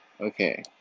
Okay